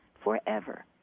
forever